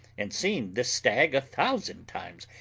and seen this stag a thousand times,